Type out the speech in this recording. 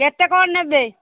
କେତେ କ'ଣ ନେବେ